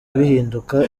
bihinduka